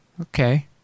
Okay